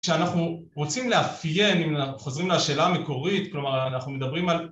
שאנחנו רוצים לאפיין, אם חוזרים לשאלה המקורית, כלומר אנחנו מדברים על